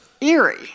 eerie